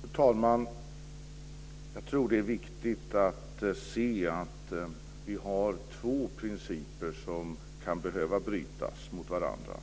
Fru talman! Jag tror att det är viktigt att se att vi har två principer som kan behöva brytas mot varandra.